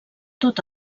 tot